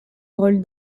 rôles